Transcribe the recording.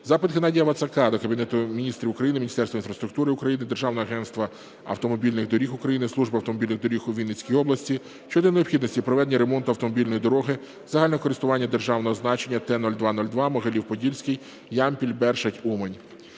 Запит Геннадія Вацака до Кабінету Міністрів України, Міністерства інфраструктури України, Державного агентства автомобільних доріг України, Служби автомобільних доріг у Вінницькій області щодо необхідності проведення ремонту автомобільної дороги загального користування державного значення Т-02-02 Могилів-Подільський - Ямпіль - Бершадь - Умань.